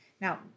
Now